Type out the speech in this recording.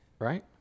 Right